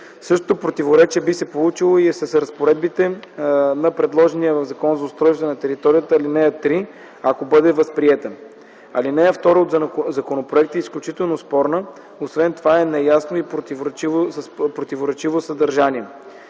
Същото противоречие би се получило и с разпоредбите на предложената в Закона за устройство на територията, ал. 3, ако бъде възприета. Алинея втора от законопроекта е изключително спорна, освен това е с неясно и противоречиво съдържание.